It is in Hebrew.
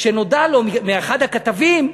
כשנודע לו מאחד הכתבים,